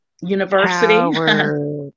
university